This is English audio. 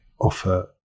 offer